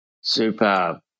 super